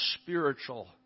spiritual